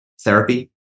therapy